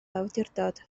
awdurdod